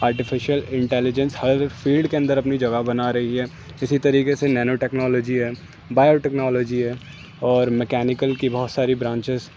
artificial intelligence ہر field کے اندر اپنی جگہ بنا رہی ہے اسی طریقے سے نینو ٹیکنالوجی ہے بائیو ٹیکنالوجی ہے اور میکنیکل کی بہت ساری برانچز